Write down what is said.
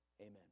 Amen